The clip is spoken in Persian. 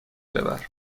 ببر